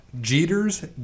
Jeter's